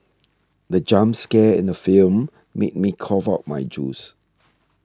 the jump scare in the film made me cough out my juice